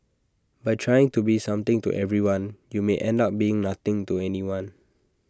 by trying to be something to everyone you may end up being nothing to anyone